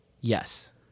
yes